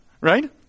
right